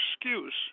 excuse